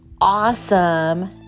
awesome